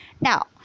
now